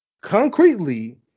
concretely